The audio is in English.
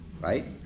right